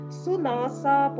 sunasa